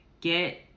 Get